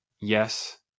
Yes